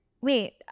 Wait